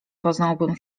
poznałbym